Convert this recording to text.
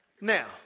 Now